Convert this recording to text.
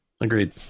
agreed